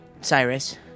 Cyrus